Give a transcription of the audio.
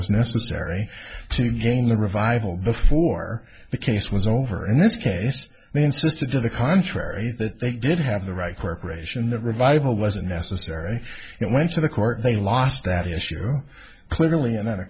was necessary to gain the revival before the case was over in this case they insisted to the contrary that they did have the right corporation that revival wasn't necessary it went to the court they lost that issue clearly an